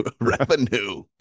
Revenue